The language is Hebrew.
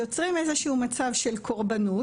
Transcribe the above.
יוצרים איזשהו מצב של קורבנות,